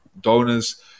donors